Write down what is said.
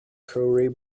corey